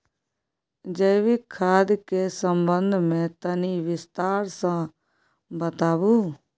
जैविक खाद के संबंध मे तनि विस्तार स बताबू?